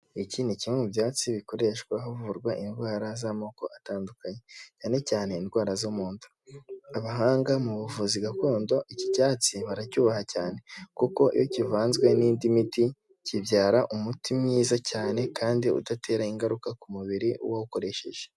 Iki ni kimwe mu byatsi bikoreshwa havurwa indwara z'amoko atandukanye, cyane cyane indwara zo mu nda, abahanga mu buvuzi gakondo iki cyatsi baracyubaha cyane, kuko iyo kivanzwe n'indi miti kibyara umuti mwiza cyane kandi udatera ingaruka ku mubiri wawukoresheje.